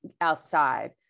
outside